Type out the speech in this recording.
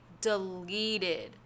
deleted